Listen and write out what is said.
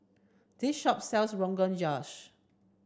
this shop sells Rogan Josh